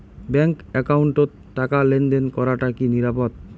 Bank একাউন্টত টাকা লেনদেন করাটা কি নিরাপদ?